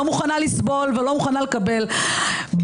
לא מוכנה לסבול ולא מוכנה לקבל ברבריות,